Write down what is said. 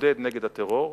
להתמודד נגד הטרור,